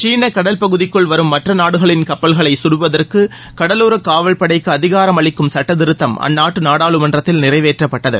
சீன கடல்பகுதிக்குள் வரும் மற்ற நாடுகளின் கப்பல்களை கடுவதற்கு கடலோர காவல்படைக்கு அதிகாரம் அளிக்கும் சட்டதிருத்தம் அந்நாட்டு நாடாளுமன்றத்தில் நிறைவேற்றப்பட்டது